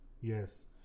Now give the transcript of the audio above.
yes